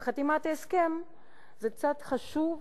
וחתימת ההסכם היא צעד חשוב